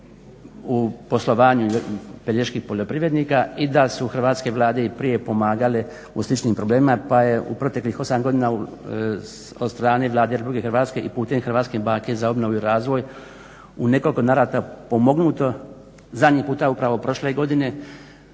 u poslovanju peljeških poljoprivrednika i da su Hrvatske vlade i prije pomagale u sličnim problemima. Pa je u proteklih 8 godina od strane Vlade Republike Hrvatske i putem Hrvatske banke za obnovu i razvoj u nekoliko navrata pomognuto, zadnji puta upravo prošle godine